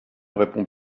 répond